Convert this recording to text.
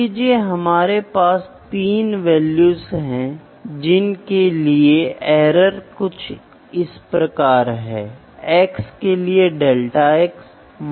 इसलिए हमने अब तक तीन को देखा है एक एम्पिरिकल मेथड है दूसरा रेशनल मेथड और एक्सपेरिमेंटल है